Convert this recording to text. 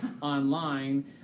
online